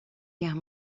guerre